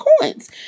coins